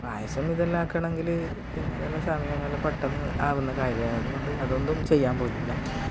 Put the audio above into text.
പായസം ഇതെല്ലാം ആക്കുകയാണെങ്കിൽ പിന്നെ ഇതെല്ലാം സമയമൊന്നുമില്ല പെട്ടെന്ന് ആകുന്ന കാര്യാ അതുകൊണ്ട് അതൊന്നും ചെയ്യാൻ പോകലില്ല